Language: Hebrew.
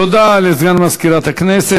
תודה לסגן מזכירת הכנסת.